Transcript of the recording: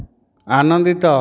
ଆନନ୍ଦିତ